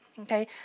okay